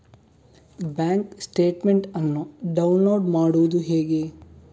Bank statement ಅನ್ನು download ಮಾಡುವುದು ಹೇಗೆ?